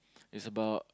it's about